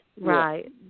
right